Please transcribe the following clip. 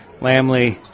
Lamley